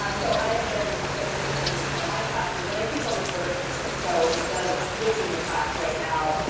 um so i have been been reframing some of my classes, and i teach on the quarter system so instead of switching a class right now,